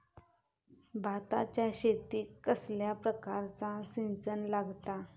भाताच्या शेतीक कसल्या प्रकारचा सिंचन लागता?